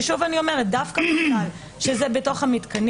שוב אני אומרת דווקא בגלל שזה במתקנים,